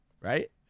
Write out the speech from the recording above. right